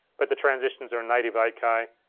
but the transitions are in native eight k.